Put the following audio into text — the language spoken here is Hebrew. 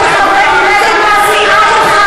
זה חברי כנסת מהסיעה שלך,